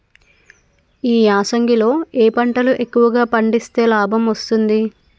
ఈ యాసంగి లో ఏ పంటలు ఎక్కువగా పండిస్తే లాభం వస్తుంది?